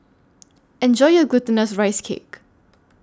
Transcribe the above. Enjoy your Glutinous Rice Cake